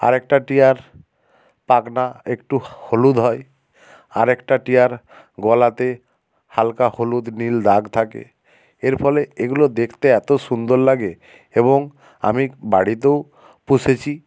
আর একটা টিয়ার পাখনা একটু হলুদ হয় আর একটা টিয়ার গলাতে হালকা হলুদ নীল দাগ থাকে এর ফলে এগুলো দেখতে এত সুন্দর লাগে এবং আমি বাড়িতেও পুষেছি